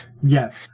Yes